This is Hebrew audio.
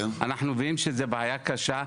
אנחנו מבינים שזו בעיה קשה.